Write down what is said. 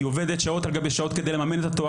היא עובדת שעות על גבי שעות כדי לממן את התואר